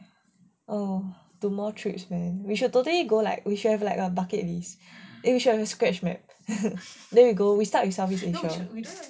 oh to more trips man we should totally go like we should have like a bucket list eh we should do scratch map then we go we start with southeast asia